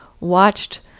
watched